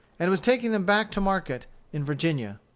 and was taking them back to market in virginia.